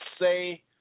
say –